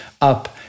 up